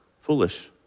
foolish